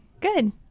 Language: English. good